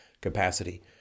capacity